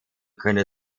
können